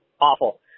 Awful